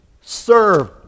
serve